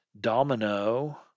Domino